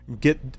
get